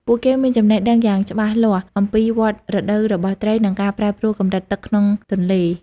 ពួកគេមានចំណេះដឹងយ៉ាងច្បាស់លាស់អំពី វដ្តរដូវ របស់ត្រី និងការប្រែប្រួលកម្រិតទឹកក្នុងទន្លេ។